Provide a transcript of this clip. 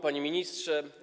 Panie Ministrze!